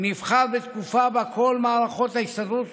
הוא נבחר בתקופה שבה כל מערכות ההסתדרות